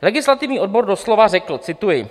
Legislativní odbor doslova řekl, cituji: